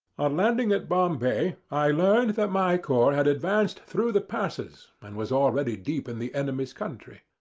on landing at bombay, i learned that my corps had advanced through the passes, and was already deep in the enemy's country.